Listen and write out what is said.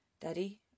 Daddy